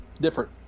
different